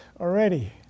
already